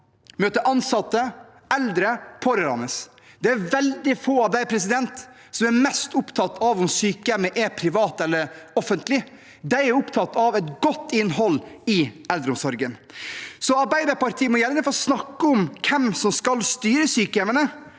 møter ansatte, eldre og pårørende. Det er veldig få av dem som er mest opptatt av om sykehjemmet er privat eller offentlig. De er opptatt av et godt innhold i eldreomsorgen. Arbeiderpartiet må gjerne snakke om hvem som skal styre sykehjemmene,